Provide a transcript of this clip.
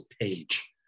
page